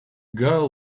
girl